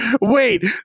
Wait